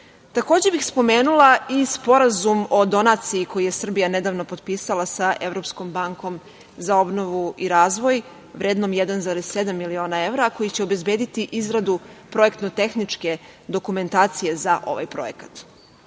bih spomenula i Sporazum o donaciji, koji je Srbija nedavno potpisala sa Evropskom bankom za obnovu i razvoj, vrednom 1,7 miliona evra, koji će obezbediti izradu projektno-tehničke dokumentacije za ovaj projekat.